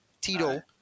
Tito